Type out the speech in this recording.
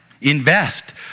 Invest